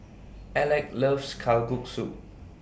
Aleck loves Kalguksu